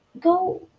go